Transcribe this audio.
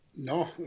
No